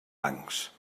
bancs